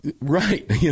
Right